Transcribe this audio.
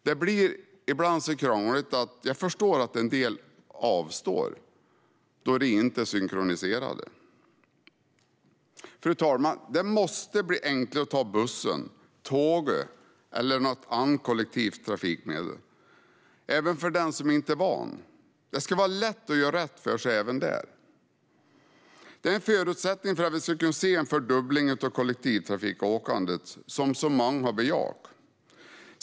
Det blir ibland så krångligt att jag förstår att en del avstår, då detta inte är synkroniserat. Fru talman! Det måste bli enklare att ta bussen, tåget eller något annat kollektivtrafikmedel - även för den som inte är van. Det ska vara lätt att göra rätt för sig även där. Det är en förutsättning för att vi ska kunna se en fördubbling av kollektivtrafikåkandet, som så många har bejakat.